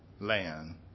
land